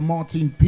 Martin